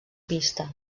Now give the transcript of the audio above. pista